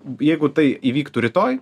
jeigu tai įvyktų rytoj